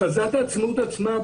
הכרזת העצמאות עצמה,